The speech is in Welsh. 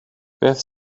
beth